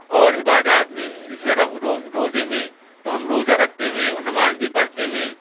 اور عبادات میں جیسے روزے میں تو ہم روزہ رکھتے ہیں او نماز بھی پڑھتے ہیں